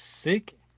sick